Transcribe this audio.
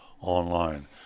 online